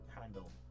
handle